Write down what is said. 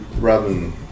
Robin